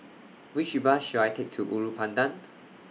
Which Bus should I Take to Ulu Pandan